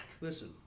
Listen